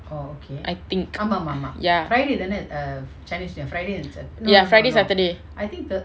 I think ya ya friday saturday